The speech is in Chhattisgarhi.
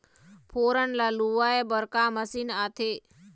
फोरन ला लुआय बर का मशीन आथे?